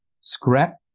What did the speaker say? scrap